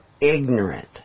ignorant